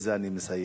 ובזה אני מסיים.